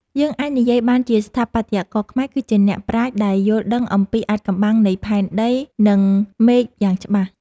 យើងអាចនិយាយបានថាស្ថាបត្យករខ្មែរគឺជាអ្នកប្រាជ្ញដែលយល់ដឹងអំពីអាថ៌កំបាំងនៃផែនដី និង មេឃយ៉ាងច្បាស់។